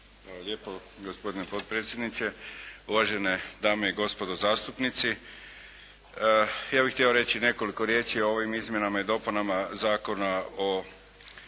Nikola** Gospodine potpredsjedniče, uvažene dame i gospodo zastupnici. Ja bi htio reći nekoliko riječi o ovim izmjenama i dopunama Zakona o